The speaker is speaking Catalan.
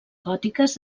gòtiques